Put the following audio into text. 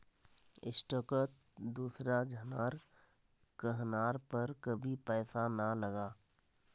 स्टॉकत दूसरा झनार कहनार पर कभी पैसा ना लगा